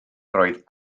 roedd